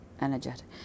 energetic